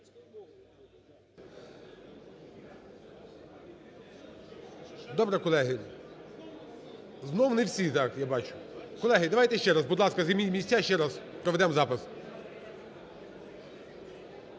Добре, колеги. Знову не всі. Так, я бачу. Колеги, давайте ще раз, будь ласка, займіть місця, ще раз проведемо запис.